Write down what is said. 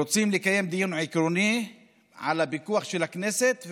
רוצים לקיים דיון עקרוני על פיקוח הכנסת,